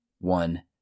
one